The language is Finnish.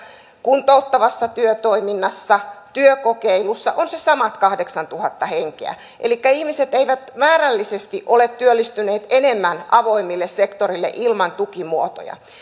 kuntouttavassa työtoiminnassa työkokeilussa on ne samat kahdeksantuhatta henkeä elikkä ihmiset eivät määrällisesti ole työllistyneet enemmän avoimille sektoreille ilman tukimuotoja